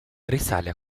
risale